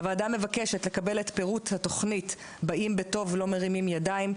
הוועדה מבקשת לקבל את פירוט התוכנית "באים בטוב לא מרימים ידיים",